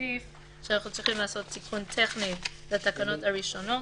אוסיף שאנחנו צריכים לעשות תיקון טכני לתקנות הראשונות,